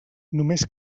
només